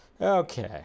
Okay